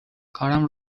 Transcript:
کارم